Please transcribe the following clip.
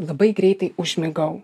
labai greitai užmigau